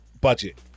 budget